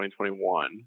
2021